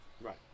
Right